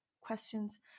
questions